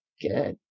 Good